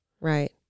right